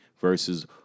versus